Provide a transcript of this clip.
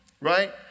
Right